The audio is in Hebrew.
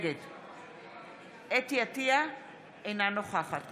נגד חוה אתי עטייה, אינה נוכחת